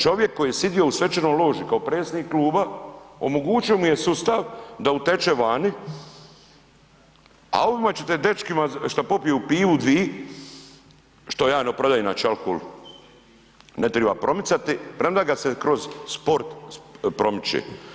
Čovjek koji je sidio u svečanoj loži, kao predsjednik kluba omogućio mu je sustav da uteče vani, a ovima čete dečkima šta popiju pivu dvi, što ja ne opravdajem inače, alkohol ne triba promicati, premda ga se kroz sport promiče.